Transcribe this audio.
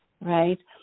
right